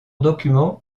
document